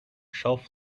shelf